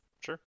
Sure